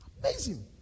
Amazing